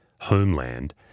Homeland